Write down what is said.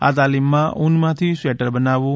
આ તાલીમમાં ઉનમાંથી સ્વેટર બનાવવું